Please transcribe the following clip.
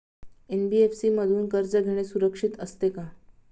NBFC मधून कर्ज घेणे सुरक्षित असते का?